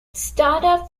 startup